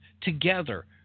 together